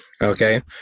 Okay